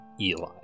Eli